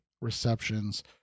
receptions